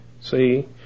see